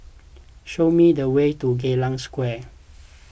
show me the way to Geylang Square